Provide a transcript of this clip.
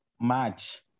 Match